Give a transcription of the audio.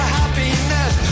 happiness